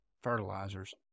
fertilizers